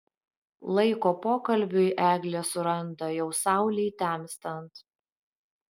laiko pokalbiui eglė suranda jau saulei temstant